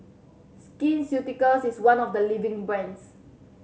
Skin Ceuticals is one of the leading brands